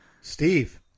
steve